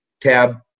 tab